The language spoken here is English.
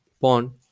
pawn